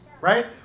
Right